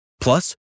Plus